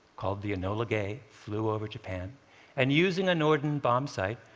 called the enola gay flew over japan and, using a norden bombsight,